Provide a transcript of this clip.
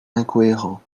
incohérent